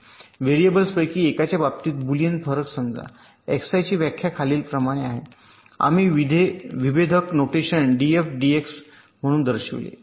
व्हेरिएबल्सपैकी एकाच्या बाबतीत बुलियन फरक समजा Xi ची व्याख्या खालीलप्रमाणे आहे आम्ही विभेदक नोटेशन डीएफ डीएक्सआय म्हणून दर्शविले